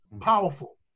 Powerful